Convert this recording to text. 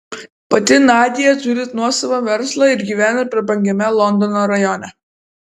pati nadia turi nuosavą verslą ir gyvena prabangiame londono rajone